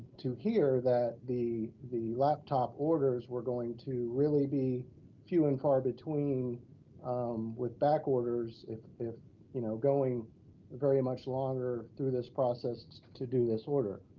to hear that the the laptop orders we're going to really be few and far between with back orders if if you know going much longer through this process to do this order.